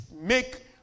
make